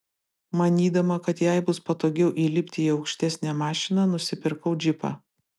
manydama kad jai bus patogiau įlipti į aukštesnę mašiną nusipirkau džipą